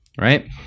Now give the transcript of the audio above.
right